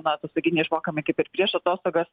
na atostoginiai išmokami kaip ir prieš atostogas